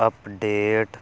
update